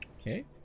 Okay